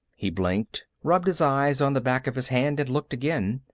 he blinked, rubbed his eyes on the back of his hand, and looked again.